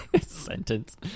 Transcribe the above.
Sentence